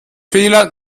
fehler